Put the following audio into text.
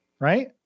right